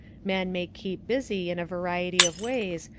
men may keep busy in a variety of ways,